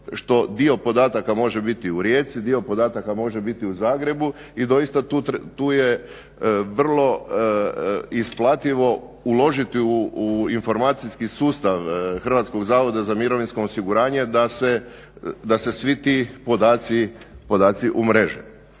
dio podataka može biti u Rijeci, dio podataka može biti u Zagrebu i doista tu je vrlo isplativo uložiti u informacijski sustav HZMO-a da se svi ti podaci umreže.